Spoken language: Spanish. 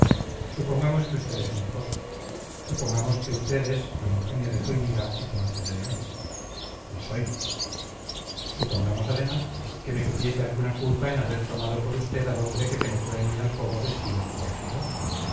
supongamos que usted es mi esposo supongamos que usted es don eugenio de zúñiga y ponce de león lo soy supongamos además que me cupiese alguna culpa en haber tomado por usted al hombre que penetró en mi alcoba vestido de